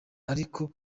ariko